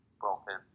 broken